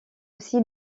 aussi